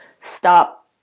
stop